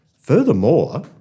Furthermore